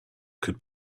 could